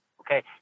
Okay